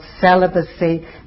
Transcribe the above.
celibacy